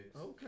Okay